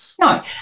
No